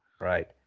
Right